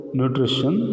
nutrition